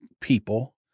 people